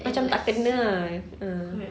macam tak kena ah ah